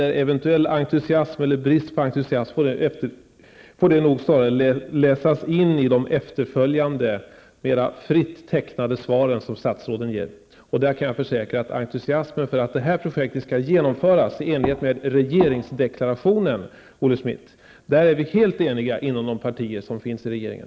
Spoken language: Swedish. Den eventuella entusiasmen eller bristen på entusiasm får snarare läsas in i de efterföljande, mera fritt tecknade svaren som statsråden ger. Jag försäkrar att när det gäller entusiasmen för att detta projekt skall genomföras i enlighet med regeringsdeklarationen, Olle Schmidt, är vi helt eniga inom de partier som finns i regeringen.